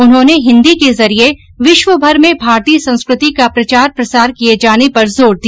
उन्होंने हिन्दी के जरिये विश्वभर में भारतीय संस्कृति का प्रचार प्रसार किये जाने पर जोर दिया